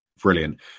brilliant